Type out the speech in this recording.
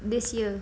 this year